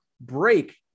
break